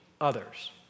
others